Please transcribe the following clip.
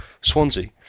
Swansea